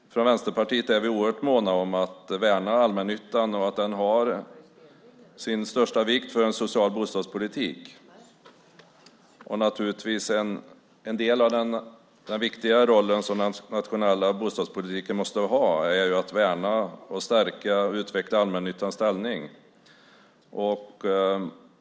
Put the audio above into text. Från Vänsterpartiet är vi oerhört måna om att värna allmännyttan. Den är av största vikt för en social bostadspolitik. En del av den viktiga roll som den nationella bostadspolitiken måste ha handlar naturligtvis om att värna och stärka och utveckla allmännyttans ställning.